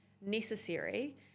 necessary